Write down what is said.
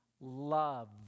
love